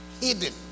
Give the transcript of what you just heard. hidden